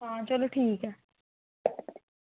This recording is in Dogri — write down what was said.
हां चलो ठीक ऐ